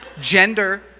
Gender